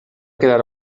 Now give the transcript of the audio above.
quedar